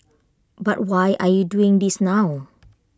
but why are you doing this now